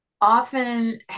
often